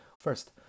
first